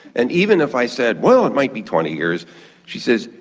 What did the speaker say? and even if i said, well, it might be twenty years she says,